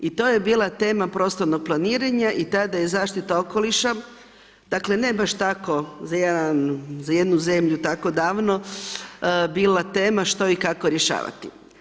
I to je bila tema prostornog planiranja i tada je tama zaštita okoliša, dakle, ne baš za jednu zemlju tako davno, bila tema što i kako rješavati.